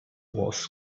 was